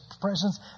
presence